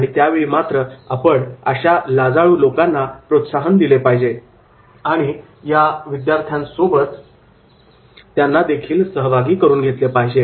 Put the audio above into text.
आणि त्या वेळी मात्र आपण अशा लाजाळू लोकांना प्रोत्साहन दिले पाहिजे आणि या विद्यार्थ्यांसोबत त्यांना देखील सहभागी करून घेतले पाहिजे